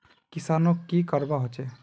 किसानोक की करवा होचे?